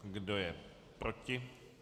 Kdo je proti?